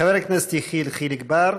חבר הכנסת יחיאל חיליק בר,